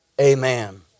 Amen